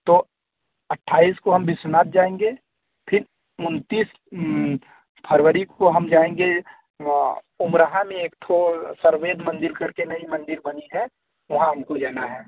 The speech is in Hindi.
तो अट्ठाईस को हम विश्वनाथ जाएँगे फिर उन्तीस फरवरी को हम जाएँगे ओमराह में एक ठो सर्वेद मंदिर करके नई मंदिर बनी है वहाँ हमको जाना है